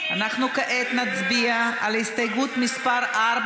אנחנו כעת נצביע על הסתייגות מס' 4,